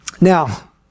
Now